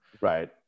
Right